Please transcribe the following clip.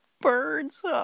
birds